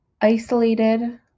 isolated